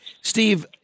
Steve